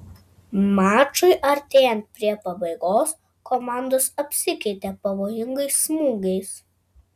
mačui artėjant prie pabaigos komandos apsikeitė pavojingais smūgiais